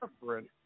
different